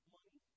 Money